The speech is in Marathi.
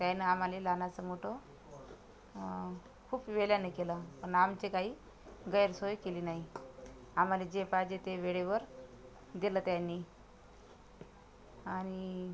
त्यानी आम्हाला लहानाचं मोठं खूप वेळाने केलं पण आमची काही गैरसोय केली नाही आम्हाला जे पाहिजे ते वेळेवर दिलं त्यांनी आणि